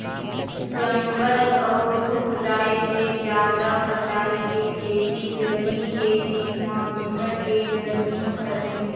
जंगल अउ रूख राई के जादा कटाई के सेती गरमी के दिन म बिकट के गरमी परथे